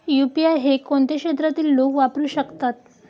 UPI हे कोणत्या क्षेत्रातील लोक वापरू शकतात?